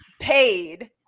paid